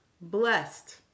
Blessed